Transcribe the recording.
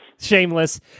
shameless